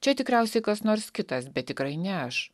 čia tikriausiai kas nors kitas bet tikrai ne aš